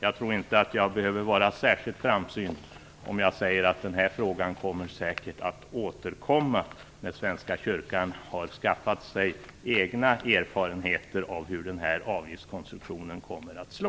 Jag tror inte att jag behöver vara särskilt framsynt om jag säger att den här frågan säkert återkommer när den svenska kyrkan har skaffat sig egna erfarenheter av hur avgiftskonstruktionen kommer att slå.